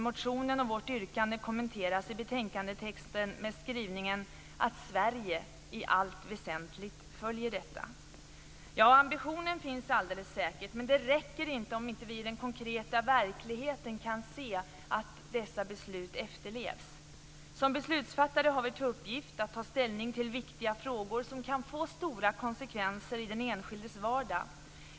Motionen och vårt yrkande kommenteras i betänkandetexten med skrivningen att Sverige i allt väsentligt följer detta. Ambitionen finns säkert, men det räcker inte om inte vi i den konkreta verkligheten kan se att dessa beslut efterlevs. Som beslutsfattare har vi att ta ställning till viktiga frågor som kan få stora konsekvenser i den enskildes vardag.